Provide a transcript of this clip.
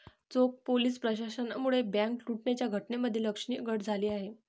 चोख पोलीस प्रशासनामुळे बँक लुटण्याच्या घटनांमध्ये लक्षणीय घट झाली आहे